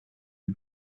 are